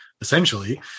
essentially